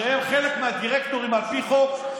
שהם חלק מהדירקטורים על פי חוק,